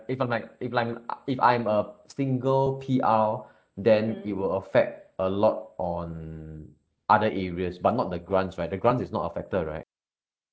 if I'm like if I'm uh if I'm a single P_R then it will affect a lot on other areas but not the grants right the grants is not affected right